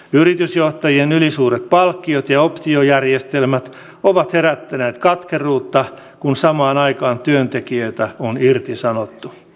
yritysjohtajien ylisuuret palkkiot ja optiojärjestelmät ovat herättäneet katkeruutta kun samaan aikaan työntekijöitä on irtisanottu